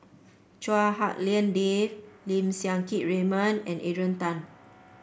Chua Hak Lien Dave Lim Siang Keat Raymond and Adrian Tan